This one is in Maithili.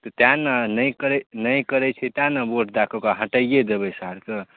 तेँ ने नहि करै नहि करै छै तेँ ने वोट दऽ कऽ ओकरा हटाइए देबै सारके